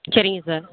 சரிங்க சார்